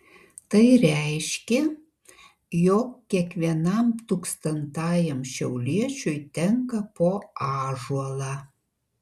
tai reiškė jog kiekvienam tūkstantajam šiauliečiui tenka po ąžuolą